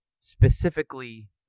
specifically